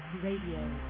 Radio